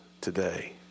today